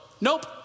nope